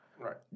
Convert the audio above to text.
Right